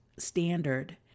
standard